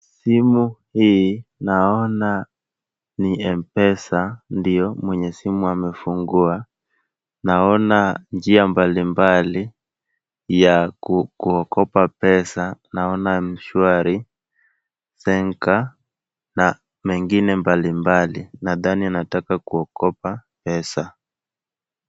Simu hii naona ni mpesa ndiyo mwenye simu amefungua. Naona njia mbalimbali ya kukopa pesa. Naona mshwari, zenka na mengine mbalimbali, nadhani anataka kukopa pesa.